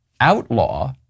outlaw